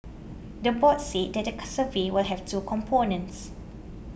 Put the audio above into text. the board said that the survey will have two components